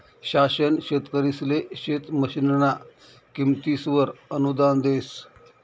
शासन शेतकरिसले शेत मशीनना किमतीसवर अनुदान देस